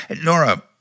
Nora